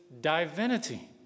divinity